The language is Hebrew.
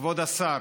כבוד השר,